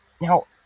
now